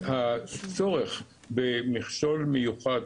הכול מתנהל בצורה, ששום תרופה לא מתנהלת לפיה.